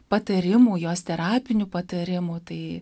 patarimų jos terapinių patarimų tai